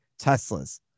teslas